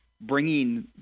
bringing